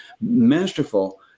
masterful